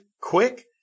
quick